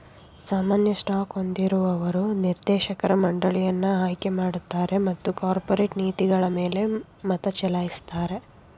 ಸಾಮಾನ್ಯ ಸ್ಟಾಕ್ ಹೊಂದಿರುವವರು ನಿರ್ದೇಶಕರ ಮಂಡಳಿಯನ್ನ ಆಯ್ಕೆಮಾಡುತ್ತಾರೆ ಮತ್ತು ಕಾರ್ಪೊರೇಟ್ ನೀತಿಗಳಮೇಲೆ ಮತಚಲಾಯಿಸುತ್ತಾರೆ